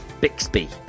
Bixby